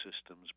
systems